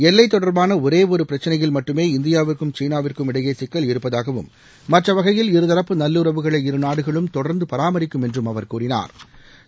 எல்லைத் தொடர்பான ஒரே ஒரு பிரச்சனையில் மட்டுமே இந்தியாவிற்கும் சீனாவிற்குமிடையே சிக்கல் இருப்பதாகவும் மற்ற வகையில்இருதரப்பு நல்லுறவுகளை இருநாடுகளும் தொடர்ந்து பராமரிக்கும் என்றும் அவர் கூறினாள்